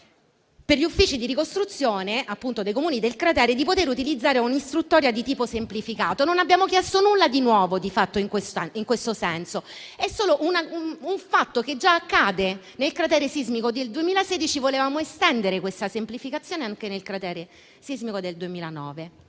per gli uffici di ricostruzione dei Comuni del cratere di utilizzare un'istruttoria di tipo semplificato. In questo senso, di fatto, non abbiamo chiesto nulla di nuovo; è solo un fatto che già accade per il cratere sismico del 2016 e volevamo estendere questa semplificazione anche al cratere sismico del 2009.